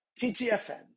TTFN